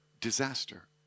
disaster